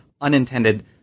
unintended